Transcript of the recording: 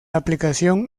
aplicación